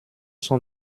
sont